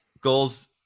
Goals